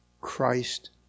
Christ